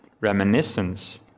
reminiscence